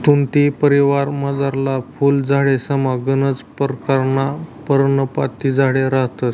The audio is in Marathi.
तुती परिवारमझारला फुल झाडेसमा गनच परकारना पर्णपाती झाडे रहातंस